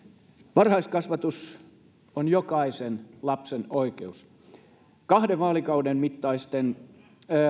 varhaiskasvatus on jokaisen lapsen oikeus kahden vaalikauden mittaisten